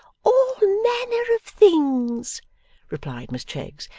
all manner of things replied miss cheggs,